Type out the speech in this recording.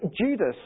Judas